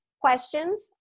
questions